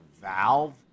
valve